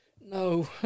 no